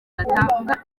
batanga